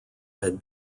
had